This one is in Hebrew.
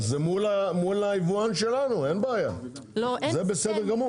אז זה מול היבואן שלנו, אין בעיה, זה בסדר גמור.